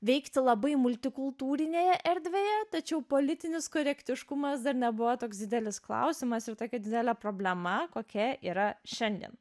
veikti labai multikultūrinėje erdvėje tačiau politinis korektiškumas dar nebuvo toks didelis klausimas ir tokia didelė problema kokia yra šiandien